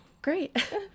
Great